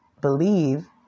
believe